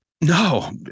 No